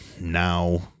now